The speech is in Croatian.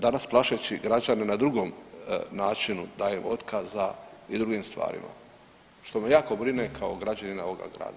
Danas plašeći građane na drugom načinu davanjem otkaza i drugim stvarima što me jako brine kao građanina ovoga grada.